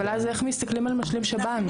אבל אז איך מסתכלים על משלים שב"ן?